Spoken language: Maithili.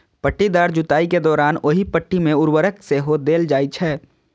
पट्टीदार जुताइ के दौरान ओहि पट्टी मे उर्वरक सेहो देल जाइ छै